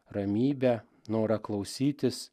ramybę norą klausytis